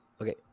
okay